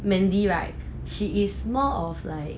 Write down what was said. mandy right he is more of like